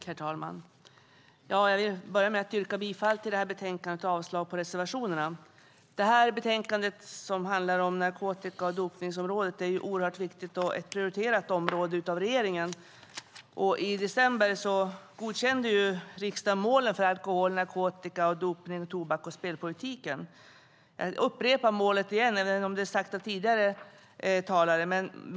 Herr talman! Jag vill börja med att yrka bifall till utskottets förslag i betänkandet och avslag på reservationerna. Betänkandet behandlar narkotika och dopningsområdet som är ett viktigt och prioriterat område för regeringen. I december 2012 godkände riksdagen målen för alkohol-, narkotika-, dopnings-, tobaks och spelpolitiken. Jag vill upprepa målen även om de tagits upp av tidigare talare.